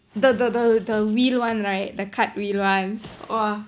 the the the the wheel one right the cartwheel one !wah!